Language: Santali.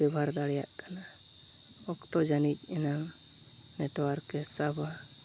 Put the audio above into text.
ᱵᱮᱣᱦᱟᱨ ᱫᱟᱲᱮᱭᱟᱜ ᱠᱟᱱᱟ ᱚᱠᱛᱚ ᱡᱟᱹᱱᱤᱡ ᱮᱱᱟᱝ ᱱᱮᱴᱚᱣᱟᱨᱠᱮ ᱥᱟᱵᱟ